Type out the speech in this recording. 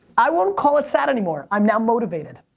i won't call it sad anymore. i'm now motivated.